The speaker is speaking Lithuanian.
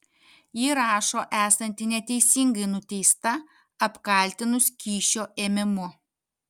ji rašo esanti neteisingai nuteista apkaltinus kyšio ėmimu